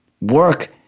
work